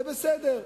זה בסדר,